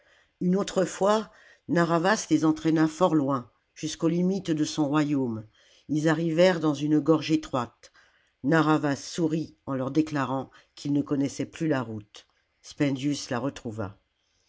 une autre fois narr'havas les entraîna fort loin jusqu'aux limites de son royaume ils arrivèrent dans une gorge étroite narr'havas sourit en leur déclarant qu'il ne connaissait plus la route spendius la retrouva